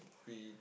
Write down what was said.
we